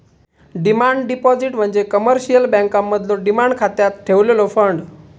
demand deposit म्हणजे commercial बँकांमधलो demand खात्यात ठेवलेलो फंड